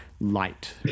light